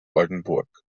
oldenburg